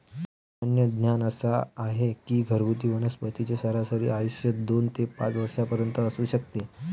सामान्य ज्ञान असा आहे की घरगुती वनस्पतींचे सरासरी आयुष्य दोन ते पाच वर्षांपर्यंत असू शकते